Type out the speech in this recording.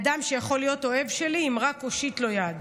אדם שיכול להיות אוהב שלי אם רק אושיט לו יד.